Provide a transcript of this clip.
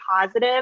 positive